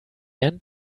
end